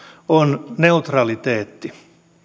on neutraliteetti